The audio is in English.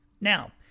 Now